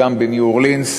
בניו-אורלינס,